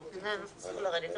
זה צריך לרדת,